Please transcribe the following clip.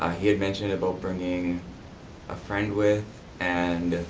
ah he mentioned about bringing a friend with, and